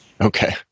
Okay